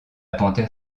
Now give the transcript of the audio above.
panthère